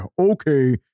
okay